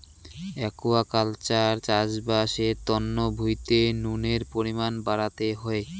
aquaculture চাষবাস এর তন্ন ভুঁইতে নুনের পরিমান বাড়াতে হই